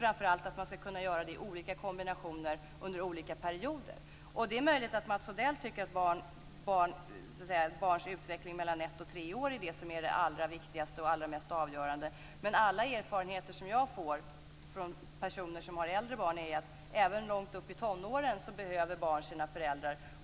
Framför allt skall man kunna göra det i olika kombinationer under olika perioder. Det är möjligt att Mats Odell tycker att barns utveckling i åldern ett-tre år är det som är det allra viktigaste och det allra mest avgörande. Men alla erfarenheter som jag har genom personer med äldre barn är att barn även långt upp i tonåren behöver sina föräldrar.